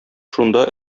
шунда